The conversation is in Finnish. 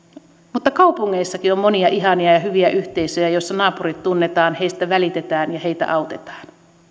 mutta kaupungeissakin on monia ihania ja hyviä yhteisöjä joissa naapurit tunnetaan heistä välitetään ja heitä autetaan